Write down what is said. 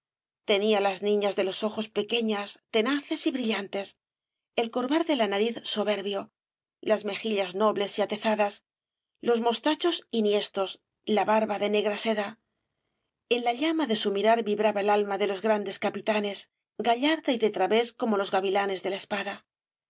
tenía las niñas de los ojos pequeñas tenaces y brillantes el corvar de la nariz soberbio las mejillas nobles y atezadas los mostachos enhiestos la barba de negra seda en la llama de su mirar vibraba el alma de los grandes capitanes gallarda y de través como los gavilanes de la espada